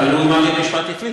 תלוי מה יחליט בית-המשפט.